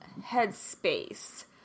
headspace